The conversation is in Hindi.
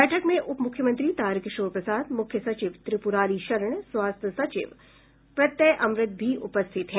बैठक में उप मुख्यमंत्री तारकिशोर प्रसाद मुख्य सचिव त्रिपुरारी शरण स्वास्थ्य सचिव प्रत्यय अमृत भी उपस्थित हैं